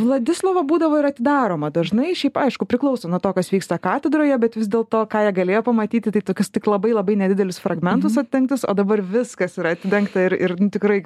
vladislovo būdavo ir atidaroma dažnai šiaip aišku priklauso nuo to kas vyksta katedroje bet vis dėl to ką jie galėjo pamatyti tai tokius tik labai labai nedidelius fragmentus atidengtus o dabar viskas yra atidengta ir ir nu tikrai